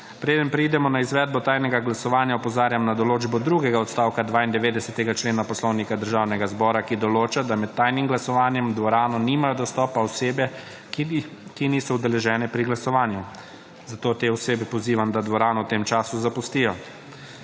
Preden preidemo na izvedbo tajnega glasovanja, opozarjam na določbo drugega odstavka 92. člena Poslovnika Državnega zbora, ki določa, da med tajnim glasovanjem v dvorano nimajo dostopa osebe, ki niso udeležene pri glasovanju, zato te osebe pozivam, da dvorano v tem času zapustijo.